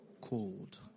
cold